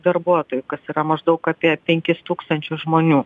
darbuotojų kas yra maždaug apie penkis tūkstančius žmonių